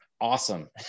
awesome